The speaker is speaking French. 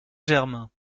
germain